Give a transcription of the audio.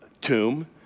tomb